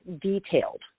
detailed